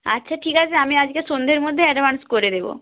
আচ্ছা ঠিক আছে আমি আজকে সন্ধ্যের মধ্যে অ্যাডভান্স করে দেবো